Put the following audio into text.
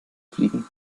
fliegen